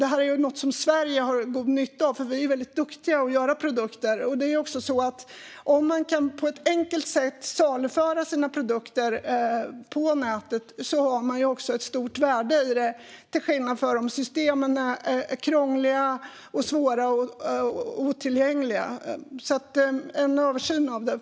Detta är något som Sverige har god nytta av, för vi är väldigt duktiga på att göra produkter. Om man på ett enkelt sätt kan saluföra sina produkter på nätet har man ett stort värde i det, till skillnad från om systemen är krångliga, svåra och otillgängliga. En översyn behövs.